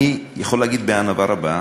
אני יכול להגיד בענווה רבה,